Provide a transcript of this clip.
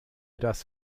das